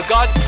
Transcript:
God